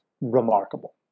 remarkable